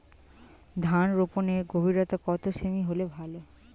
ধান রোপনের গভীরতা কত সেমি হলে ভালো?